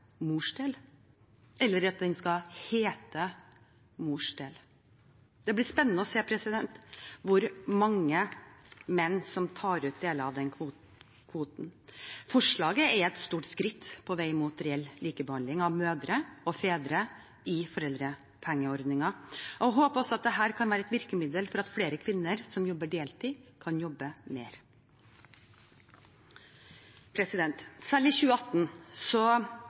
mors del, eller at den skal hete mors del. Det blir spennende å se hvor mange menn som tar ut deler av den kvoten. Forslaget er et stort skritt på vei mot reell likebehandling av mødre og fedre i foreldrepengeordningen. Jeg håper også at dette kan være et virkemiddel for at flere kvinner som jobber deltid, kan jobbe mer. Selv i 2018